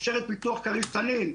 אפשר את פיתוח- -- תנין,